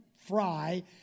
fry